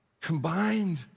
combined